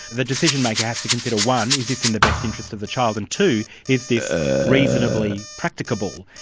the decision-maker has to consider one is this in the best interests of the child? and two is this reasonably practicable?